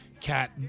cat